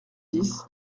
dix